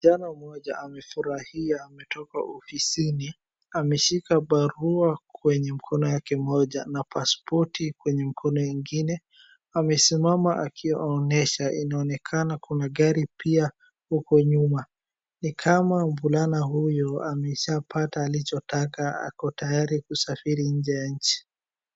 Kijana mmoja amefurahia ametoka ofisini. Ameshika barua kwenye mkono yake mmoja na paspoti kwenye mkono ingine. Amesimama akionesha. Inaonekana kuna gari pia huko nyuma. Ni kama mvulana huyu ameshapata alichotaka, ako tayari kusafiri nje ya nchi.